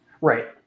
right